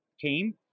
came